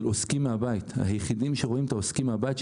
של עוסקים מהבית היחידים שרואים את העוסקים מהבית,